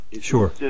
Sure